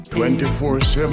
24-7